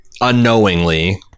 unknowingly